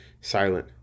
silent